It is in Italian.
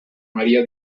maria